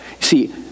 See